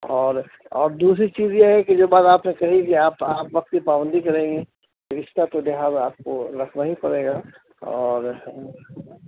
اور اور دوسری چیز یہ ہے کہ جو بات آپ نے کہی کہ آپ آپ وقت کی پابندی کریں گی تو اس کا تو لحاظ آپ کو رکھنا ہی پڑے گا اور